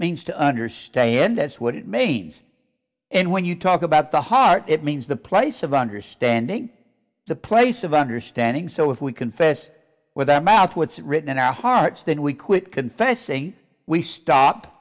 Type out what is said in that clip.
means to understand that's what it means and when you talk about the heart it means the place of understanding the place of understanding so if we confess with that mouth what's written in our hearts then we quit confessing we stop